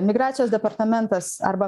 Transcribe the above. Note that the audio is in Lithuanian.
migracijos departamentas arba